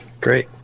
great